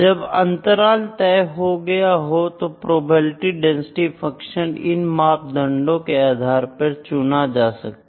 जब अंतराल तय हो गया हो तो प्रोबेबिलिटी डेंसिटी फंक्शन इन मानदंडों के आधार पर चुना जा सकता है